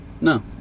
No